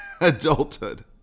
adulthood